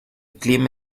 clima